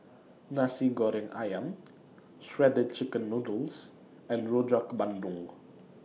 Nasi Goreng Ayam Shredded Chicken Noodles and Rojak Bandung